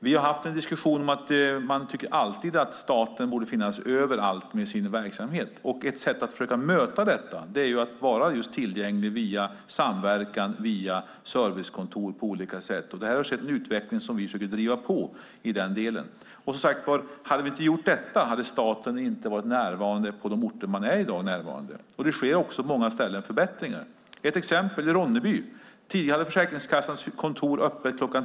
Vi har haft en diskussion som har handlat om att man tycker att staten borde finnas överallt med sin verksamhet. Ett sätt att försöka möta det är att vara tillgänglig via samverkan och servicekontor. Det har skett en utveckling som vi försöker driva på. Om vi inte hade gjort det hade staten inte varit närvarande på de orter där man finns i dag. Det sker förbättringar på många ställen. Ronneby är ett exempel. Tidigare hade Försäkringskassans kontor där öppet kl.